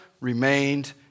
remained